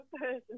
person